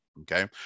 okay